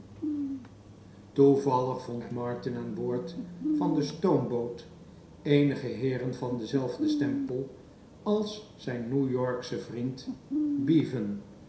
vond martin aan boord van de stoomboot eenige heeren van denzelfden stempel als zijn new yorksche vriend bevan